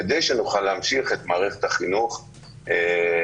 כדי שנוכל להמשיך להשאיר את מערכת החינוך פתוחה,